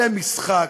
כלי משחק.